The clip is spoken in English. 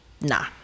nah